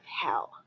hell